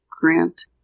grant